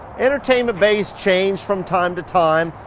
entertainment bays change from time to time,